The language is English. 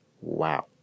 wow